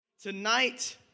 Tonight